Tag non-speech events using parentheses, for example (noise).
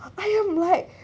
I am like (breath)